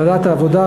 בוועדת העבודה,